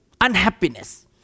Unhappiness